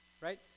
right